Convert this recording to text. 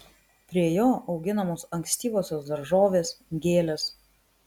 prie jo auginamos ankstyvosios daržovės gėlės